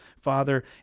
father